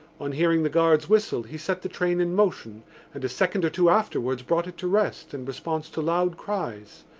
on hearing the guard's whistle he set the train in motion and a second or two afterwards brought it to rest in response to loud cries.